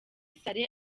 saleh